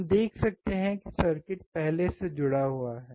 हम देख सकते हैं कि सर्किट पहले से जुड़ा हुआ है